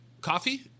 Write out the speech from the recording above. Coffee